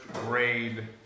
grade